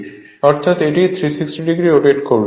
অর্থাৎ এটি 360o rotate হবে